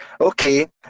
okay